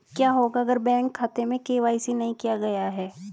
क्या होगा अगर बैंक खाते में के.वाई.सी नहीं किया गया है?